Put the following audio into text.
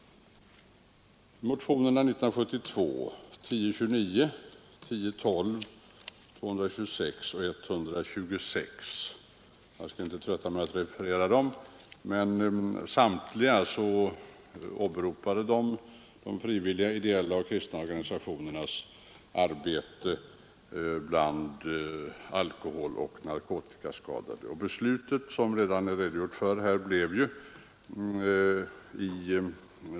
Motionerna 1972:1029, 1012, 226 och 126 — jag skall inte trötta med att referera dem — åberopade de frivilliga ideella och kristna organisationernas arbete bland alkoholoch narkotikaskadade samt yrkade på anslag för ändamålet.